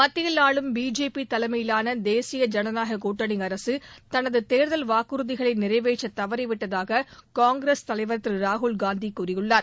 மத்தியில் ஆளும் பிஜேபி தலைமையிலான தேசிய ஜனநாயக கூட்டணி அரசு தனது தேர்தல் வாக்குறுதிகளை நிறைவேற்ற தவறிவிட்டதாக காங்கிரஸ் தலைவர் திரு ராகுல் காந்தி கூறியுள்ளார்